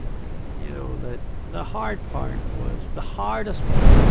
you know, the the hard part was, the hardest part,